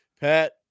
Pat